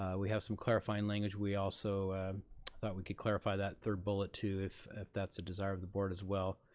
ah we have some clarifying language we also thought we could clarify that, third bullet, too, if if that's a desire of the board as well.